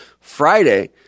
Friday